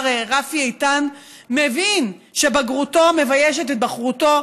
רפי איתן מבין שבגרותו מביישת את בחרותו,